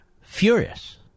furious